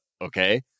Okay